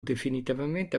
definitivamente